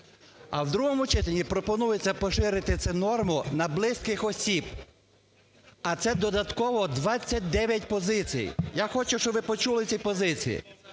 А в другому читанні пропонується поширити цю норму на близьких осіб, а це додатково 29 позицій. Я хочу, щоб ви почули ці позиції: